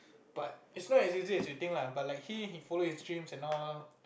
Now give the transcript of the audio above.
but it not as easy as you think ah